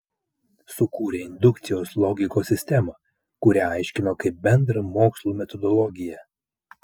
sukūrė indukcijos logikos sistemą kurią aiškino kaip bendrą mokslų metodologiją